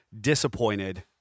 Disappointed